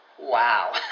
Wow